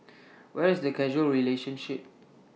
where is the causal relationship